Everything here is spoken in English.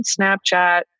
Snapchat